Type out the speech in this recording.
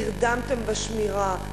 נרדמתם בשמירה,